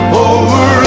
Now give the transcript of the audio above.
over